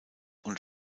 und